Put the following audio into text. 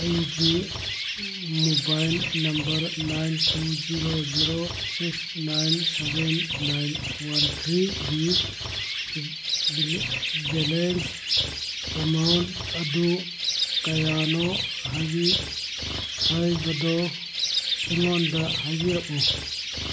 ꯑꯩꯒꯤ mobile number nine two zero zero six nine seven nine one ꯊ꯭ꯔꯤꯒꯤ balance amount ꯑꯗꯨ ꯀꯌꯥꯅꯣ ꯍꯥꯏꯕꯤ ꯍꯥꯏꯕꯗꯨ ꯑꯩꯉꯣꯟꯗ ꯍꯥꯏꯕꯤꯔꯛꯎ